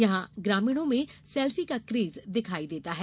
यहां ग्रामीणों में सेल्फी का केज दिखाई देता है